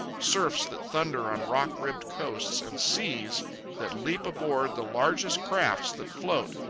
surfs that thunder on rock-ribbed coasts and seas that leap aboard the largest crafts that float,